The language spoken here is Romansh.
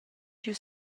giu